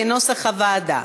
כנוסח הוועדה.